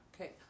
Okay